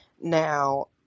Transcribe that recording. Now